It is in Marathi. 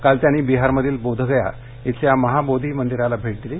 काल त्यांनी विहारमधील बोधगया येथील महाबोधी मंदिराला भेट दिली